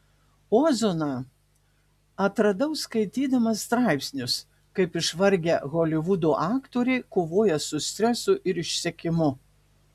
ozoną atradau skaitydamas straipsnius kaip išvargę holivudo aktoriai kovoja su stresu ir išsekimu